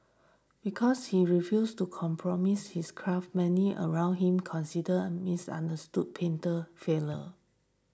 because he refused to compromise his craft many around him considered and misunderstood painter failure